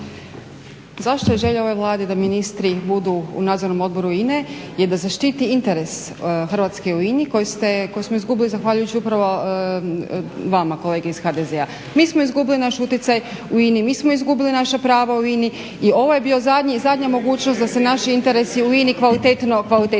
se./… je želja ove Vlade da ministri budu u Nadzornom odboru INA-e je da zaštiti interes Hrvatske u INA-i koji smo izgubili zahvaljujući upravo vama kolege iz HDZ-a. Mi smo izgubili naš utjecaj u INA-i, mi smo izgubili naša prava u INA-i i ovo je bila zadnja mogućnost da se naši interesi kvalitetno štite